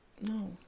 no